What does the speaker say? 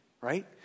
right